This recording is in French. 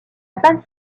panne